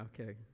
okay